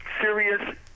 serious